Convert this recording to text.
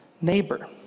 neighbor